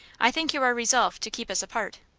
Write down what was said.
i think you are resolved to keep us apart.